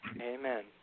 Amen